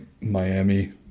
Miami